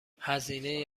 هزینه